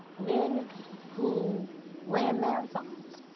men who ran marathons,